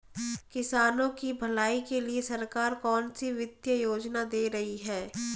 किसानों की भलाई के लिए सरकार कौनसी वित्तीय योजना दे रही है?